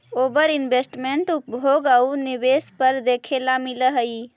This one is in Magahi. ओवर इन्वेस्टमेंट उपभोग आउ निवेश पर देखे ला मिलऽ हई